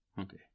Okay